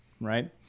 right